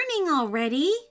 already